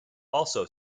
also